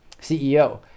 CEO